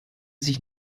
sich